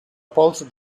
pols